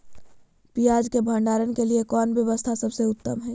पियाज़ के भंडारण के लिए कौन व्यवस्था सबसे उत्तम है?